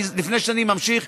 לפני שאני ממשיך,